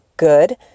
good